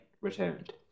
returned